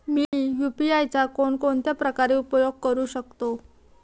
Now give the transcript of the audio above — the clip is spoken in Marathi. मी यु.पी.आय चा कोणकोणत्या प्रकारे उपयोग करू शकतो?